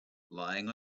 lying